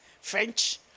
French